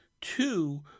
two